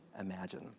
imagine